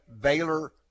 Baylor